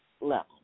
level